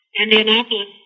Indianapolis